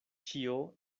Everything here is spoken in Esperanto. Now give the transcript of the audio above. ĉio